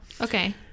Okay